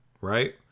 right